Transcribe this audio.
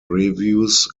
reviews